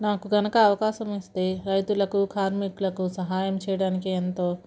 నాకు గనుక అవకాశం ఇస్తే రైతులకు కార్మికులకు సహాయం చేయడానికి ఎంతో